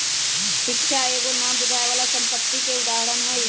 शिक्षा एगो न बुझाय बला संपत्ति के उदाहरण हई